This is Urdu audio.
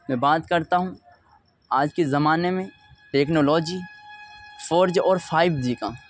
میں بات کرتا ہوں آج کے زمانے میں ٹیکنالوجی فور جی اور فائیو جی کا